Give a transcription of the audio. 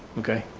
okay?